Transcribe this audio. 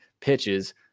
pitches